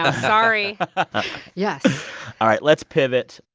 ah sorry yes all right. let's pivot.